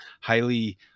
highly